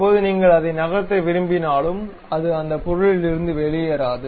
இப்போது நீங்கள் அதை நகர்த்த விரும்பினாலும் அது அந்த பொருளிலிருந்து வெளியேறாது